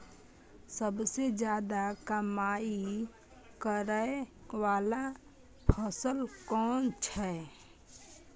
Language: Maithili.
सबसे ज्यादा कमाई करै वाला फसल कोन छै?